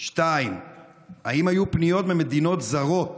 2. האם היו פניות ממדינות זרות